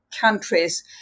countries